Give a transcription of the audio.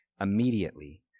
Immediately